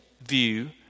view